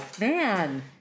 man